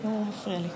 הוא מפריע לי.